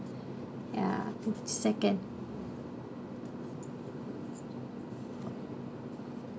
ya twenty second